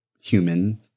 human